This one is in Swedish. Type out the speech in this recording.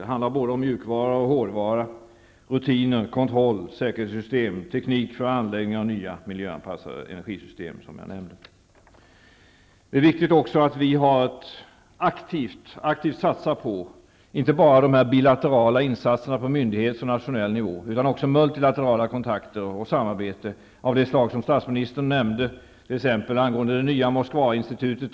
Det handlar både om mjukvara och hårdvara -- rutiner, kontroll, säkerhetssystem och teknik för anläggning av nya, miljöanpassade energisystem, som jag nämnde. Det är också viktigt att vi gör aktiva satsningar inte bara bilateralt på myndighetsnivå och nationell nivå utan också på multilaterala kontakter och samarbete. Det kan vara samarbete av det slag som statsministern nämnde, t.ex. det nya Moskvainstitutet.